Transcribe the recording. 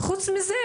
וחוץ מזה,